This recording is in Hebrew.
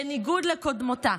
בניגוד לקודמתה,